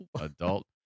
adult